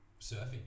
surfing